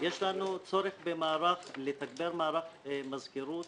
יש לנו צורך לתגבר מערך מזכירות,